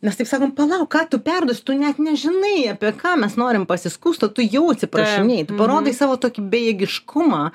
mes taip sakom palauk ką tu perduosi tu net nežinai apie ką mes norim pasiskųst o tu jau atsiprašinėji tu parodai savo tokį bejėgiškumą